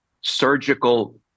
surgical